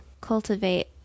cultivate